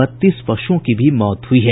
बत्तीस पशुओं की भी मौत हुई है